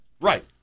right